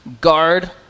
Guard